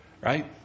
Right